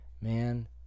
man